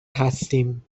هستیم